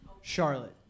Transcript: Charlotte